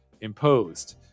imposed